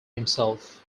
himself